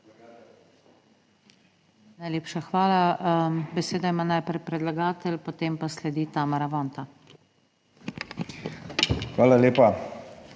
Najlepša hvala. Besedo ima najprej predlagatelj, potem pa sledi Tamara Vonta. **MAG.